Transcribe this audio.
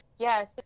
Yes